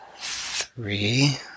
Three